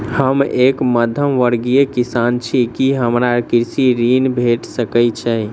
हम एक मध्यमवर्गीय किसान छी, की हमरा कृषि ऋण भेट सकय छई?